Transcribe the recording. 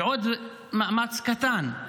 בעוד מאמץ קטן,